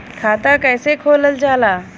खाता कैसे खोलल जाला?